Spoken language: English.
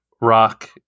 rock